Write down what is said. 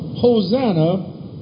Hosanna